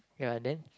ya then